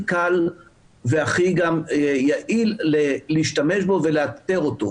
קל והכי יעיל להשתמש בו ולאתר אותו.